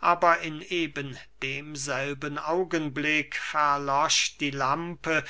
aber in eben demselben augenblick verlosch die lampe